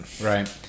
Right